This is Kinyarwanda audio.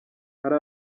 hari